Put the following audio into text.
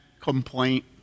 complaint